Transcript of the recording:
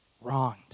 wronged